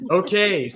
okay